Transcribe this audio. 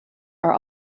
are